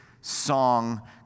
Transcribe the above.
song